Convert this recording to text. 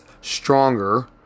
stronger